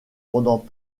pendant